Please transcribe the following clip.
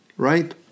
Right